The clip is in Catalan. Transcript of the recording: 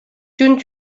juny